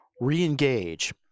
re-engage